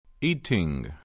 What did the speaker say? Eating